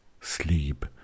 sleep